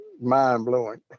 mind-blowing